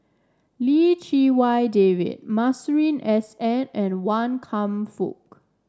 Lim Chee Wai David Masuri S N and Wan Kam Fook